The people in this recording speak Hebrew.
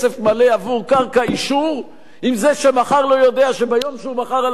אישור אם זה שמכר לו יודע שביום שהוא חתם על האישור הוא יוצא להורג?